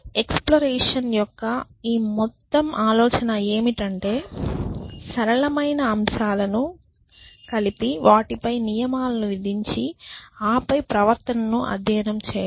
exploration యొక్క ఈ మొత్తం ఆలోచన ఏమిటంటే సరళమైన అంశాలను కలిపి వాటిపై నియమాలను విధించి ఆపై ప్రవర్తనను అధ్యయనం చేయడం